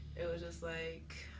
it was just like,